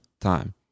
time